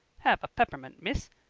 hev a peppermint, miss!